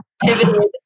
pivoted